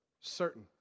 Certain